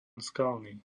skalný